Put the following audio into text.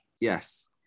Yes